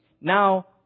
Now